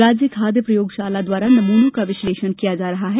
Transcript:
राज्य खाद्य प्रयोगशाला द्वारा नमूना का विशलेषण किया जा रहा है